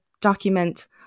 document